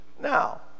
Now